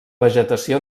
vegetació